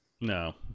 No